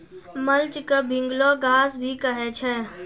mulch क भींगलो घास भी कहै छै